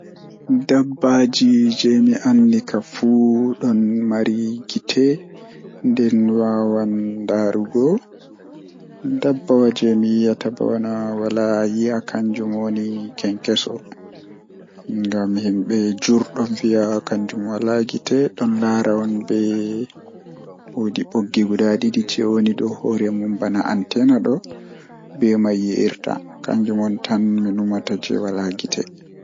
Na ko ɓe njifti ko ɗum en waɗi e ɗiɗi, kadi, ɓe waawti jibbine e ngoodi maɓɓe. Ko ɗum, waɗi seeda e hoore, hay goɗɗo ɓe njifti ko ndiyam, kadi ñande ɓe njifti ko sabuɓe, waɗi seeda laawol. Ɓe njifti ko sabu wuyyi jeexi e njangol ngal, tuma ɓe waawti jibbine e wujude sabu.